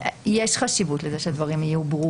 אפשר להסתכל על זה כעל דבר משלים לסיפור